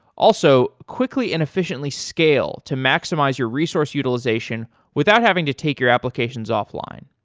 also, quickly and efficiently scale to maximize your resource utilization without having to take your applications off-line.